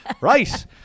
Right